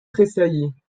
tressaillit